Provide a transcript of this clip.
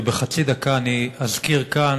ובחצי דקה אני אזכיר כאן,